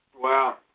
Wow